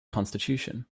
constitution